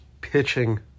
pitching